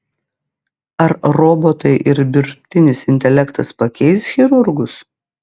ar robotai ir dirbtinis intelektas pakeis chirurgus